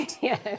Yes